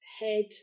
head